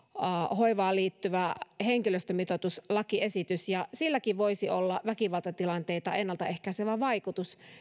hoivaan liittyvä henkilöstömitoituslakiesitys ja silläkin voisi olla väkivaltatilanteita ennalta ehkäisevä vaikutus